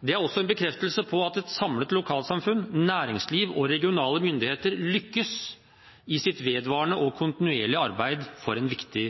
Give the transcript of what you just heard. Det er også en bekreftelse på at et samlet lokalsamfunn, næringsliv og regionale myndigheter lykkes i sitt vedvarende og kontinuerlige arbeid for en viktig